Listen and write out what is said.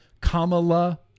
Kamala